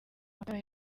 matara